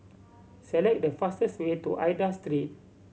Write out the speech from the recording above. select the fastest way to Aida Street